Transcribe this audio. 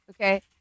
okay